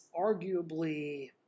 arguably